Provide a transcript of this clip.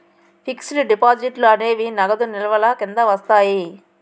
fixed డిపాజిట్లు అనేవి నగదు నిల్వల కింద వస్తాయి